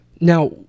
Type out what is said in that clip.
Now